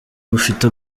bufite